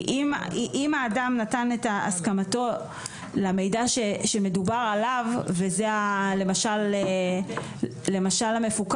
אם האדם נתן את הסכמתו למידע שמדובר עליו וזה למשל המפוקח,